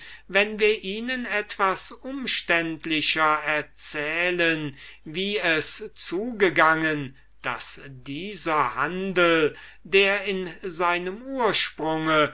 wenn wir ihnen etwas umständlicher erzählen wie es zugegangen daß dieser handel der in seinem ursprung